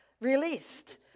released